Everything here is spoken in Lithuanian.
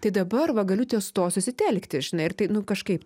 tai dabar va galiu ties tuo susitelkti žinai nu kažkaip tai